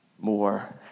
more